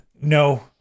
No